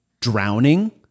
drowning